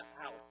house